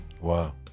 Wow